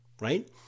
right